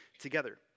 together